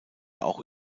auch